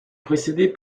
précédée